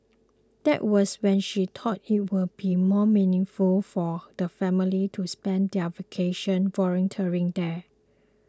that was when she thought it would be more meaningful for the family to spend their vacation volunteering there